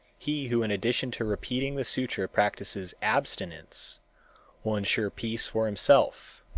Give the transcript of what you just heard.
he who in addition to repeating the sutra practices abstinence will insure peace for himself.